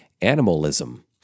animalism